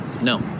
no